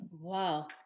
Wow